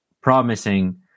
promising